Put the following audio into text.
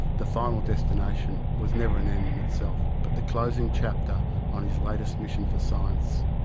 the final destination was never an end in itself but the closing chapter on his latest mission for science.